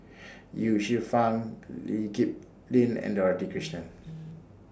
Ye Shufang Lee Kip Lin and Dorothy Krishnan